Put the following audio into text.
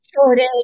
shortage